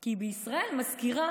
כי בישראל מזכירה,